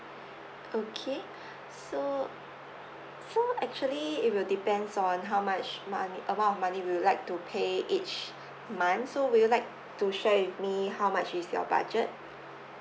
okay so phone actually it will depends on how much money amount of money would you like two pay each month so would you like to share with me how much is your budget